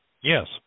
Yes